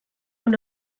und